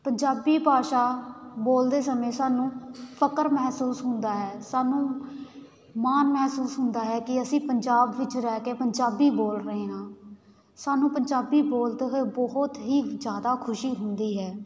ਪੰਜਾਬੀ ਭਾਸ਼ਾ ਬੋਲਦੇ ਸਮੇਂ ਸਾਨੂੰ ਫ਼ਕਰ ਮਹਿਸੂਸ ਹੁੰਦਾ ਹੈ ਸਾਨੂੰ ਮਾਣ ਮਹਿਸੂਸ ਹੁੰਦਾ ਹੈ ਕਿ ਅਸੀਂ ਪੰਜਾਬ ਵਿੱਚ ਰਹਿ ਕੇ ਪੰਜਾਬੀ ਬੋਲ ਰਹੇ ਹਾਂ ਸਾਨੂੰ ਪੰਜਾਬੀ ਬੋਲਦੇ ਹੋਏ ਬਹੁਤ ਹੀ ਜ਼ਿਆਦਾ ਖੁਸ਼ੀ ਹੁੰਦੀ ਹੈ